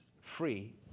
free